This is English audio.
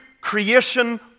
creation